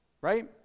right